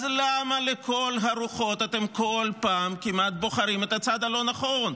אז למה לכל הרוחות אתם כל פעם כמעט בוחרים את הצד הלא-נכון?